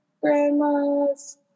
grandma's